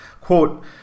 Quote